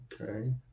Okay